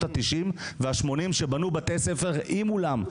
התשעים והשמונים כשבנו בתי ספר עם אולם,